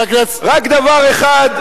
רק דבר אחד,